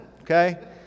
okay